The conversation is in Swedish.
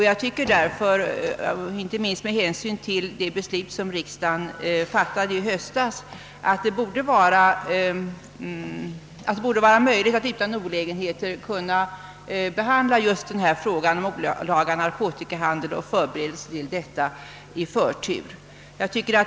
Jag tycker därför — inte minst med hänsyn till det beslut som riksdagen fattade i höstas — att det borde vara möjligt att utan olägenhet behandla just den här frågan om olaga narkotikahandel och förberedelse därtill i förtur.